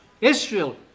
Israel